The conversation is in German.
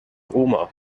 roma